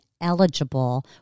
eligible